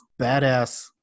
badass